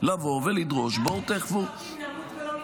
לבוא ולדרוש: בואו תאכפו --- גם אלו שצועקים: נמות ולא נתגייס.